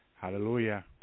Hallelujah